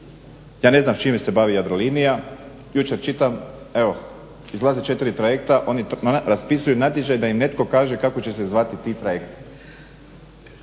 Ja ne znam s čime se bavi Jadrolinija. Jučer čitam evo izlazi 4 trajekta. Oni raspisuju natječaj da im netko kaže kako će se zvati ti trajekti,